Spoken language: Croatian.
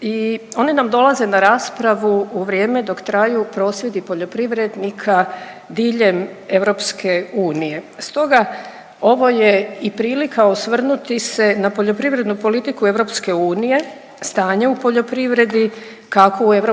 i one nam dolaze na raspravu u vrijeme dok traju prosvjedi poljoprivrednika diljem EU. Stoga ovo je i prilika osvrnuti se na poljoprivrednu politiku EU, stanje u poljoprivredi kako u EU